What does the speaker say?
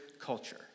culture